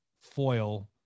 foil